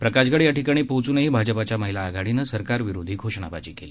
प्रकाशगड या ठिकाणी पोहचूनही भाजपाच्या महिला आघाडीने सरकारविरोधी घोषणाबाजी केली